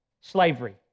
slavery